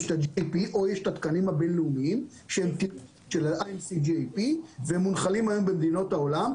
יש את התקנים הבינלאומיים והם מונחלים היום במדינות העולם.